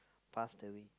passed away